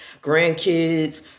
grandkids